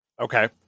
Okay